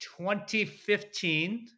2015